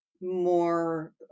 more